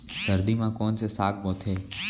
सर्दी मा कोन से साग बोथे?